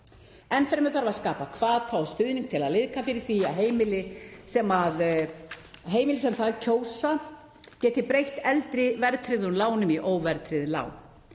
Enn fremur þarf að skapa hvata og stuðning til að liðka fyrir því að heimili sem það kjósa geti breytt eldri verðtryggðum lánum í óverðtryggð lán.